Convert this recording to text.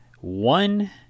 one